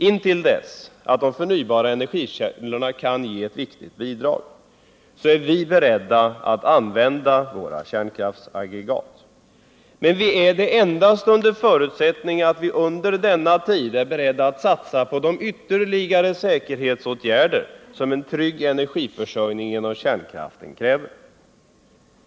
Intill dess att de förnybara energikällorna kan ge ett viktigt bidrag är vi beredda att använda våra kärnkraftsaggregat. Men vi är det endast under förutsättning att vi under denna tid satsar på de ytterligare säkerhetsåtgärder som en trygg energiförsörjning genom kärnkraften kräver.